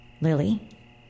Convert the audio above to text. Lily